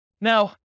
Now